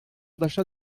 d’achat